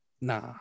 Nah